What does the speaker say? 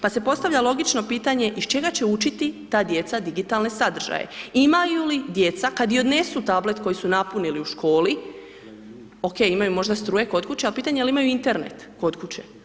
Pa se postavlja logično pitanje, iz čega će učiti ta djeca digitalne sadržaje, imaju li djeca, kada i odnesu tablet koji su napunili u školi, okej imaju možda struje kod kuće, a pitanje je li imaju interenet kod kuće?